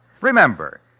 Remember